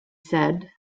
said